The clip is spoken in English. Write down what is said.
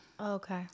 okay